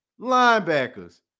linebackers